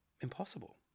impossible